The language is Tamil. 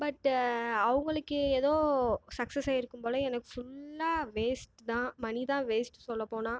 பட்டு அவங்களுக்கு ஏதோ சக்ஸஸ் ஆகிருக்கும் போல எனக்கு ஃபுல்லா வேஸ்ட்டு தான் மனி தான் வேஸ்ட்டு சொல்ல போனால்